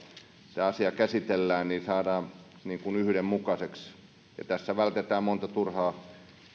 se asia käsitellään niin saadaan se yhdenmukaiseksi ja tässä vältetään monta turhaa